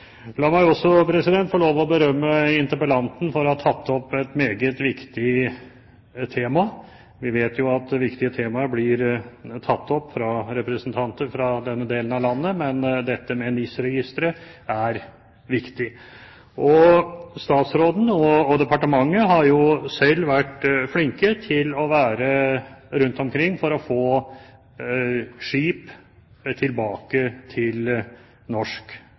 La meg også få lov til å berømme interpellanten for at han har tatt opp et meget viktig tema. Vi vet at viktige temaer blir tatt opp av representanter fra den delen av landet, men dette med NIS-registeret er viktig. Statsråden og departementet har vært flinke til å reise rundt omkring for å få skip tilbake til norsk